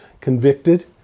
convicted